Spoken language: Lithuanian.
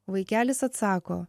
vaikelis atsako